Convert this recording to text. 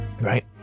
Right